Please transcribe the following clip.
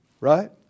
Right